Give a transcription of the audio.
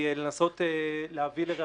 כמו שיש הרמת מסך כשיש חברות, צריך לעשות את זה.